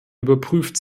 übertrifft